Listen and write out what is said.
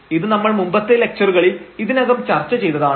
ഇത് നമ്മൾ മുമ്പത്തെ ലക്ച്ചറുകളിൽ ഇതിനകം ചർച്ച ചെയ്തതാണ്